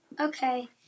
Okay